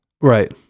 Right